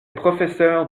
professeurs